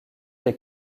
des